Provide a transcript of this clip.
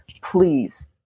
please